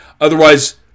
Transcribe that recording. Otherwise